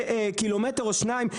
קילומטר או שניים.